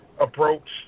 approach